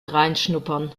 reinschnuppern